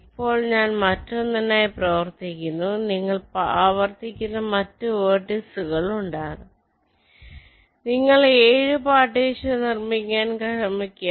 ഇപ്പോൾ ഞാൻ മറ്റൊന്നിനായി ആവർത്തിക്കുന്നു നിങ്ങൾ ആവർത്തിക്കുന്ന മറ്റ് വെർട്ടിസ്റുകൾ ഉണ്ടാകാം നിങ്ങൾ 7 പാർട്ടീഷൻ നിർമ്മിക്കാൻ ശ്രമിക്കുക